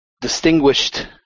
distinguished